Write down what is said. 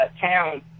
town